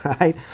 right